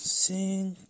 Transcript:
sing